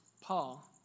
Paul